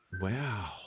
Wow